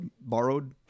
borrowed